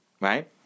Right